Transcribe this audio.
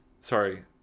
sorry